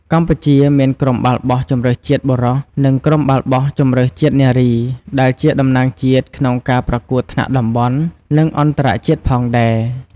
កម្ពុជាមាន ក្រុមបាល់បោះជម្រើសជាតិបុរស និង ក្រុមបាល់បោះជម្រើសជាតិនារី ដែលជាតំណាងជាតិក្នុងការប្រកួតថ្នាក់តំបន់ និងអន្តរជាតិផងដែរ។